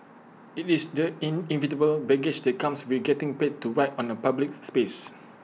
IT is the inevitable baggage that comes with getting paid to write on A public space